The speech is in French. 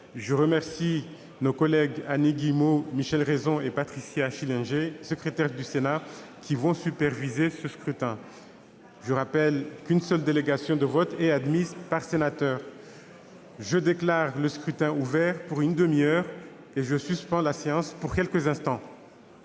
Je remercie nos collègues Annie Guillemot, Michel Raison et Patricia Schillinger, secrétaires du Sénat, qui vont superviser ce scrutin. Je rappelle qu'une seule délégation de vote est admise par sénateur. Je déclare le scrutin ouvert pour une durée maximale de trente minutes et vais suspendre la séance pour quelques instants.